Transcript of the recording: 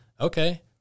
okay